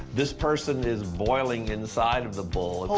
this person is boiling inside of the bull.